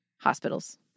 hospitals